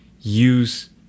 use